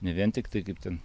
ne vien tik tai kaip ten